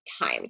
time